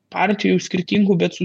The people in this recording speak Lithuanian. partijų skirtingų bet su